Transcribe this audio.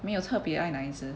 没有特别爱哪一只